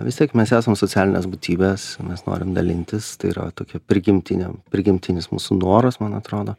vis tiek mes esam socialinės būtybės mes norim dalintis tai yra tokia prigimtinė prigimtinis mūsų noras man atrodo